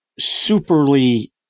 superly